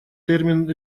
термин